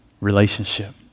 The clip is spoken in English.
relationship